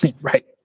Right